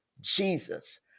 Jesus